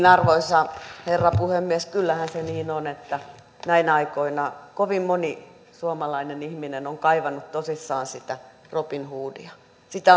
arvoisa herra puhemies kyllähän se niin on että näinä aikoina kovin moni suomalainen ihminen on kaivannut tosissaan sitä robin hoodia sitä